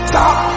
Stop